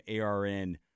ARN